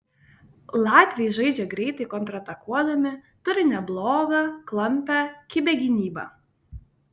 latviai žaidžia greitai kontratakuodami turi neblogą klampią kibią gynybą